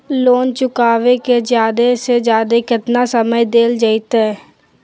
Loan चुकाबे के जादे से जादे केतना समय डेल जयते?